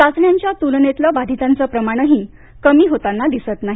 चाचण्यांच्या तुलनेतलं बाधितांचं प्रमाणही कमी होताना दिसत नाही